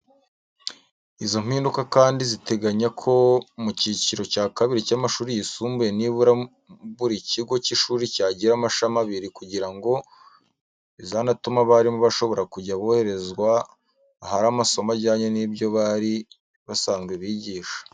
Izo mpinduka kandi ziteganya ko mu cyiciro cya kabiri cy’amashuri yisumbuye nibura buri kigo cy’ishuri cyagira amashami abiri kugira ngo bizanatume abalimu bashobora kujya boherezwa ahari amasomo ajyanye n’ibyo bari basanzwe bigisha.